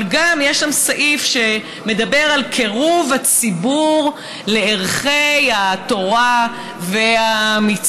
אבל גם יש שם סעיף שמדבר על קירוב הציבור לערכי התורה והמצוות.